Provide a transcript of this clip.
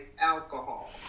alcohol